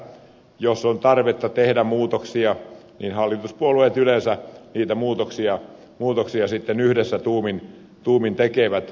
jos on tarvetta tehdä muutoksia niin hallituspuolueet yleensä niitä muutoksia sitten yhdessä tuumin tekevät